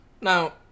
Now